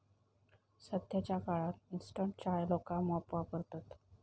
सध्याच्या काळात इंस्टंट चाय लोका मोप वापरतत